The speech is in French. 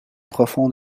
profond